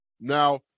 Now